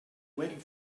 waiting